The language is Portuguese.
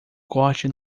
corte